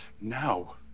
Now